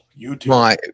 YouTube